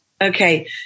Okay